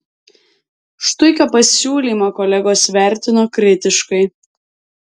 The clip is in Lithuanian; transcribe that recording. štuikio pasiūlymą kolegos vertino kritiškai